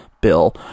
bill